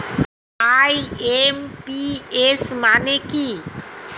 IMPS মানে কি?